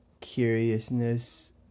curiousness